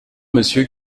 monsieur